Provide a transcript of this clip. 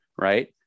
right